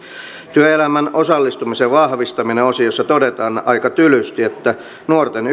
työelämään osallistumisen vahvistaminen osiossa todetaan aika tylysti että nuorten